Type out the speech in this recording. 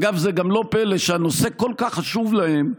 אגב, זה גם לא פלא שהנושא כל כך חשוב להם,